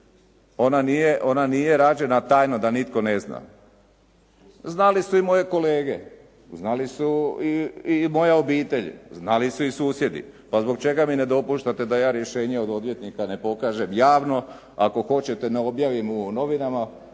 ona nije rađena tajno da nitko ne zna. Znali su i moje kolege. Znali su i moja obitelj. Znali su i susjedi. Pa zbog čega mi ne dopuštate da ja rješenje od odvjetnika ne pokažem javno, ako hoćete ne objavim u novinama,